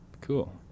Cool